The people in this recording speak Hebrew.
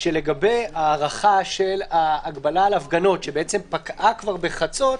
לגבי ההארכה על הגבלה על הפגנות שפקעה בחצות,